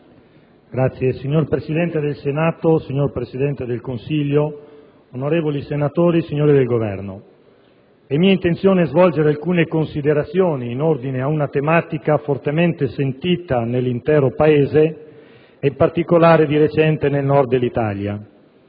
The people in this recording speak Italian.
*(PD)*. Signor Presidente del Senato, signor Presidente del Consiglio, onorevoli senatori, signori del Governo, è mia intenzione svolgere alcune considerazioni in ordine a una tematica fortemente sentita nell'intero Paese ed in particolare, di recente, nel Nord dell'Italia,